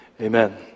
Amen